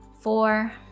four